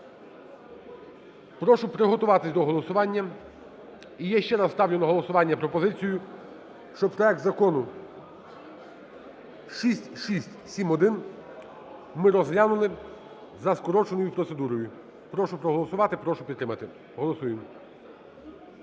прошу приготуватися до голосування. І я ще раз ставлю на голосування пропозицію, що проект закону 6671 ми розглянули за скороченою процедурою. Прошу проголосувати, прошу підтримати, голосуємо.